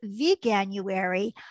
Veganuary